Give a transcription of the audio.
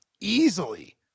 easily